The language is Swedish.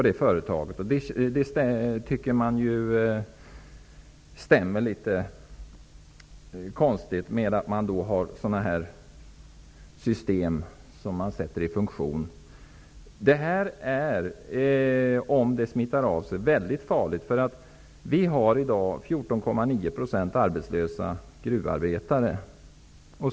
Detta stämmer illa med tanke på att man har satt sådana här system i funktion. Detta är, om det smittar av sig, väldigt farligt. I dag är 14,9 % av gruvarbetarna arbetslösa.